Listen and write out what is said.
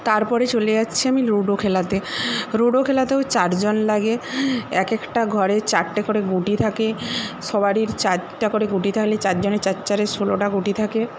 তারপরে চলে যাচ্ছি আমি লুডো খেলাতে লুডো খেলাতেও চারজন লাগে এক একটা ঘরে চারটে করে গুটি থাকে সবারই চারটে করে গুটি থাকলে চারজনের চার চারে ষোলোটা গুটি থাকে